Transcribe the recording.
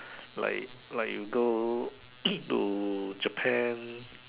like like you go to Japan